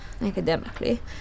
Academically